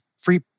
free